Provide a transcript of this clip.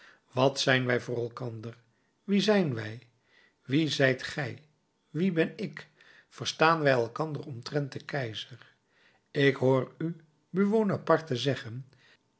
wat zijn wij voor elkander wie zijn wij wie zijt gij wie ben ik verstaan wij elkander omtrent den keizer ik hoor u buonaparte zeggen